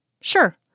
Sure